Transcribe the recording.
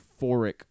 euphoric